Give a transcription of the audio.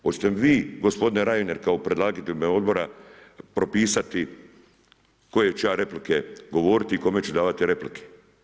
Hoćete li mi vi gospodine Reiner, kao predlagatelj u ime odbora, propisati koje ću ja replike govoriti i kome ću davati replike.